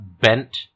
bent